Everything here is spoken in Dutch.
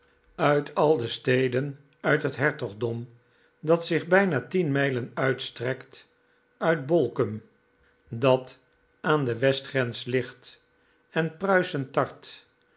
uit al de steden uit het hertogdom dat zich bijna tien mijlen uitstrekt uit bolkum dat aan de westgrens ligt en pruisen tart